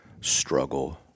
struggle